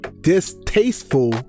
distasteful